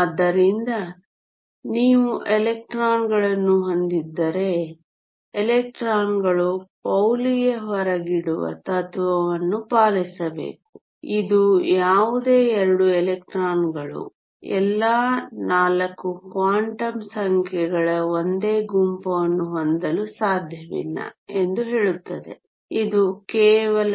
ಆದ್ದರಿಂದ ನೀವು ಎಲೆಕ್ಟ್ರಾನ್ಗಳನ್ನು ಹೊಂದಿದ್ದರೆ ಎಲೆಕ್ಟ್ರಾನ್ಗಳು ಪೌಲಿಯPauli's ಹೊರಗಿಡುವ ತತ್ವವನ್ನು ಪಾಲಿಸಬೇಕು ಇದು ಯಾವುದೇ 2 ಎಲೆಕ್ಟ್ರಾನ್ಗಳು ಎಲ್ಲಾ 4 ಕ್ವಾಂಟಮ್ ಸಂಖ್ಯೆಗಳ ಒಂದೇ ಗುಂಪನ್ನು ಹೊಂದಲು ಸಾಧ್ಯವಿಲ್ಲ ಎಂದು ಹೇಳುತ್ತದೆ ಇದು ಕೇವಲ